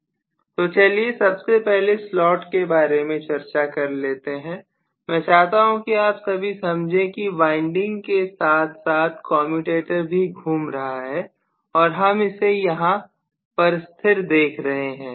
तो चलिए सबसे पहले स्लॉट के बारे में चर्चा कर लेते हैं मैं चाहता हूं कि आप सभी समझे की वाइंडिंग के साथ साथ कमयुटेटर भी घूम रहा है और हम इसे यहां पर स्थिर देख रहे हैं